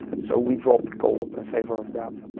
so we dropped co-op in favor of that.